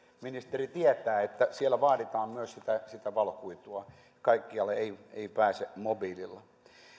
ministeri tietää ja siellä vaaditaan myös sitä sitä valokuitua kaikkialle ei ei pääse mobiililla